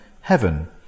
heaven